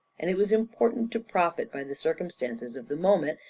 and it was important to profit by the circumstances of the moment,